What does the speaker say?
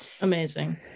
Amazing